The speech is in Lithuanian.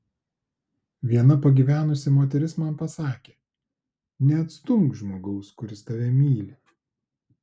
viena pagyvenusi moteris man pasakė neatstumk žmogaus kuris tave myli